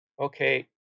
okay